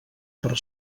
per